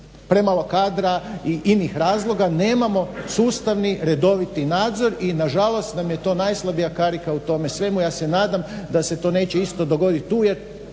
premalo kadra i inih razloga nemamo sustavni redoviti nadzor i nažalost nam je to najslabija karika u tome svemu. Ja se nadam da se to isto neće dogoditi tu jer